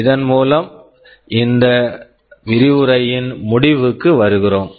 இதன் மூலம் இந்த விரிவுரையின் முடிவுக்கு வருகிறோம்